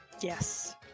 Yes